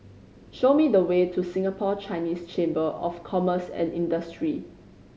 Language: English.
show me the way to Singapore Chinese Chamber of Commerce and Industry